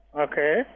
Okay